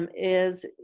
um is